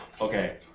Okay